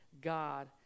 God